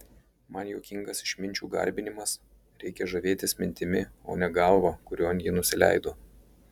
man juokingas išminčių garbinimas reikia žavėtis mintimi o ne galva kurion ji nusileido